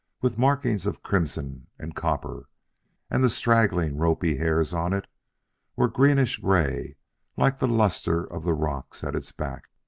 with markings of crimson and copper and the straggling, ropy hairs on it were greenish-gray like the lustre of the rocks at its back.